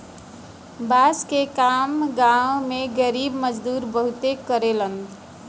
बांस के काम गांव में गरीब मजदूर बहुते करेलन